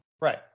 Right